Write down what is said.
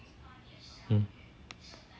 mm